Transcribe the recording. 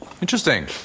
Interesting